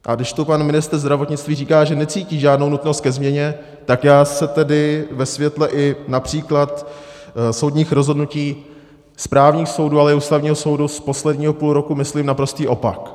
A když tu pan ministr zdravotnictví říká, že necítí žádnou nutnost ke změně, tak já si tedy ve světle i například soudních rozhodnutí správních soudů, ale i Ústavního soudu z posledního půlroku myslím naprostý opak.